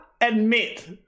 admit